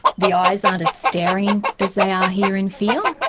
the eyes aren't as staring as they are here in fear,